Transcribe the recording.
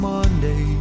Monday